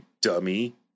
dummy